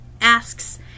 asks